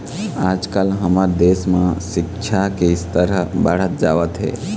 आजकाल हमर देश म सिक्छा के स्तर ह बाढ़त जावत हे